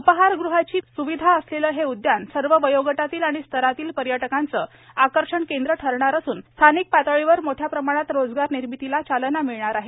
उपाहारगृहाची सुविधा असलेल हे उद्यान सर्व वयोगटातील आणि स्तरातील पर्यटकांचे आकर्षणाचे केंद्र ठरणार असून स्थानिक पातळीवर मोठ्या प्रमाणात रोजगार निर्मितीलाही चालना मिळणार आहे